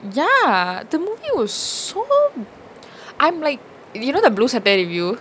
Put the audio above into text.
ya the movie was so I'm like you know the blue சட்ட:satta review